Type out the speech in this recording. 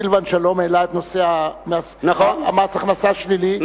סילבן שלום העלה את נושא מס הכנסה שלילי,